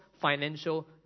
financial